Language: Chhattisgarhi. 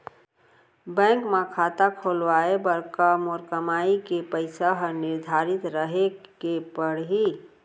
बैंक म खाता खुलवाये बर का मोर कमाई के पइसा ह निर्धारित रहे के पड़ही?